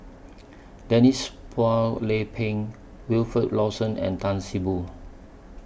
Denise Phua Lay Peng Wilfed Lawson and Tan See Boo